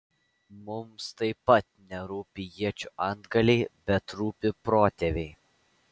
mums taip pat nerūpi iečių antgaliai bet rūpi protėviai